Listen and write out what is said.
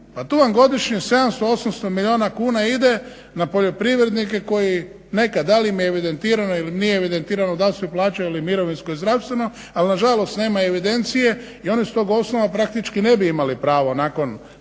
tu vam godišnje 700, 800 milijuna kuna ide na poljoprivrednike koji nekad da li im je evidentirano ili nije evidentirano dal su plaćali mirovinsko i zdravstveno, ali nažalost nema evidencije i oni s tog osnova praktički ne bi imali pravo nakon 65 godina